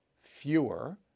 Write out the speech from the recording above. fewer